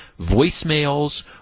voicemails